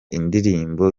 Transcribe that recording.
indirimbo